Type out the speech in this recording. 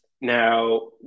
Now